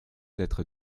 d’être